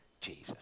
Jesus